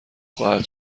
خواهد